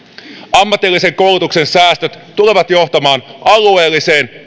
ammatillisen koulutuksen säästöt tulevat johtamaan alueelliseen